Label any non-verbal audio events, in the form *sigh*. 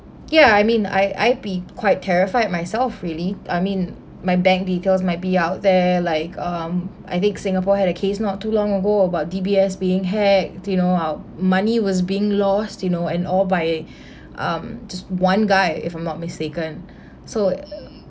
ya mean I I'd be quite terrified myself really I mean my bank details might be out there like um I think singapore had a case not too long ago about D_B_S being hacked do you know our money was being lost you know and all by *breath* um just one guy if I'm not mistaken so uh